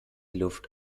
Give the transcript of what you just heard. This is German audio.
luft